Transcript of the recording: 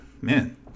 man